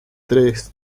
tres